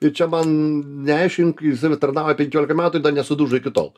ir čia man neaiškink jisai va tarnauja penkiolika metų ir dar nesudužo iki tol